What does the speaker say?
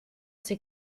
ses